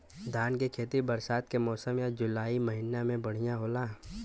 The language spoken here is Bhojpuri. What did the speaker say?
धान के खेती बरसात के मौसम या जुलाई महीना में बढ़ियां होला?